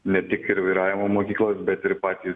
ne tik ir vairavimo mokyklos bet ir patys